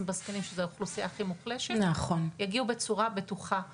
בזקנים שזה האוכלוסיה הכי מוחלשת יגיעו בצורה הבטוחה ביותר.